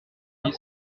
dix